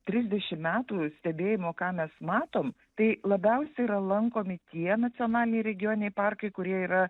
trisdešim metų stebėjimo ką mes matom tai labiausia yra lankomi tie nacionaliniai regioniniai parkai kurie yra